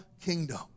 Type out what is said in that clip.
kingdom